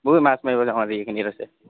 বৈ মাছ মাৰিব যাওঁ আজি এইখিনিত আছে